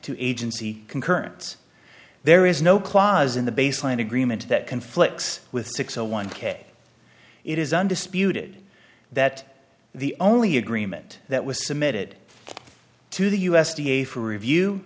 to agency concurrence there is no clause in the baseline agreement that conflicts with six zero one k it is undisputed that the only agreement that was submitted to the u s d a for review